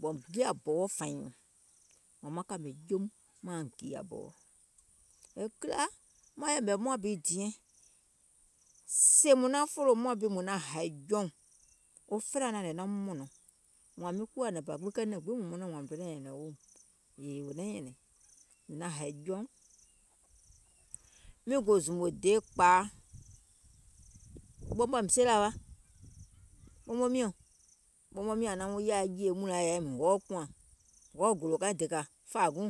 ɓɔ̀ùm giiyà bɔwɔ fàìŋ nyùùŋ, wȧȧŋ maŋ kàmè joum mauŋ gììyȧ bɔwɔ, e kìlȧ maŋ yɛ̀mɛ̀ muȧŋ bi diɛŋ, sèè mùŋ naŋ fòlò muȧŋ bi mùŋ naŋ hàì jɔùŋ, wo felaa naŋ hnè naum mɔ̀nɔ̀ŋ, wȧȧŋ miŋ kuwȧ nɛ̀ŋ bȧ gbiŋ kɛɛ nɛ̀ŋ gbiŋ mɔnɔŋ mìŋ donȧiŋ nyɛ̀nɛ̀ŋ weèum, yèè wo naiŋ nyɛ̀nɛ̀ŋ, mìŋ naŋ hȧì jɔùŋ, miŋ gò zùmò deèkpȧa, ɓɔmɔ mìŋ seelȧ wa, ɓɔmɔ miɔ̀ŋ, ɓɔmɔ miɔ̀ŋ ȧŋ naŋ wuŋ yaaì e jeèì mùnlaŋ nȧŋ wuŋ, mìŋ hɔɔ kùȧŋ mìŋ hɔɔ gòlò ka dèkȧ fȧȧ guùŋ